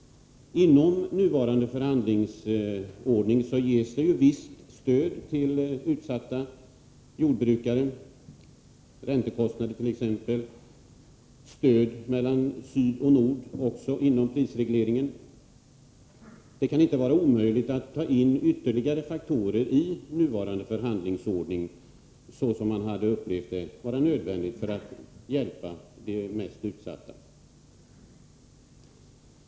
Inom nuvarande förhandlingsordning ges det visst stöd till utsatta jordbrukare, t.ex. stöd för räntekostnader, stöd för utjämning mellan syd och nord och stöd inom prisregleringen. Det kan inte vara omöjligt att ta in ytterligare faktorer i nuvarande förhandlingsordning så som man uppfattar det vara nödvändigt för att hjälpa de mest utsatta.